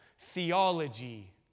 theology